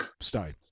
stay